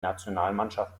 nationalmannschaft